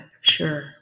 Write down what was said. sure